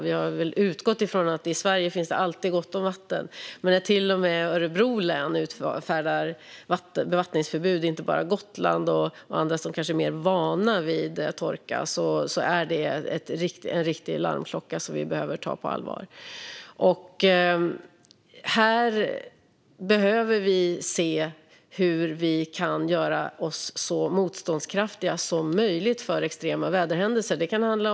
Vi har väl utgått ifrån att det alltid finns gott om vatten i Sverige, men när till och med Örebro län utfärdar bevattningsförbud - alltså inte bara Gotland och andra områden där man kanske är mer van vid torka - är det en riktig larmklocka som vi behöver ta på allvar. Här behöver vi se hur vi kan göra oss så motståndskraftiga mot extrema väderhändelser som möjligt.